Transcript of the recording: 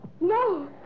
no